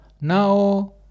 now